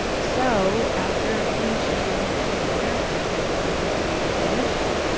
so, after finishing my master's, i decided to give it a shot,